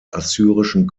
assyrischen